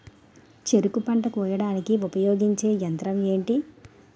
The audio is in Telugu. చెరుకు పంట కోయడానికి ఉపయోగించే యంత్రం ఎంటి?